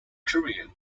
career